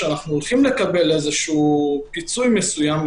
כשאנחנו הולכים לקבל איזשהו פיצוי מסוים,